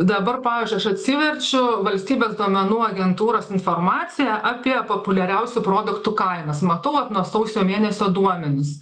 dabar pavyzdžiui aš atsiverčiu valstybės duomenų agentūros informaciją apie populiariausių produktų kainas matau vat nuo sausio mėnesio duomenis